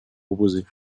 proposées